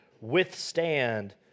withstand